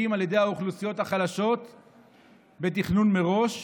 על ידי האוכלוסיות החלשות בתכנון מראש,